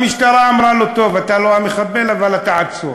המשטרה אמרה לו: טוב, אתה לא המחבל, אבל אתה עצור.